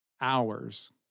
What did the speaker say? hours